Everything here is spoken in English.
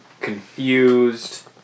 confused